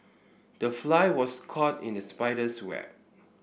the fly was caught in the spider's web